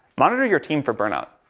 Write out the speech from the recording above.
monitor your team for burnout.